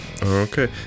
Okay